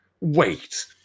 wait